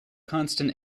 constant